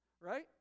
right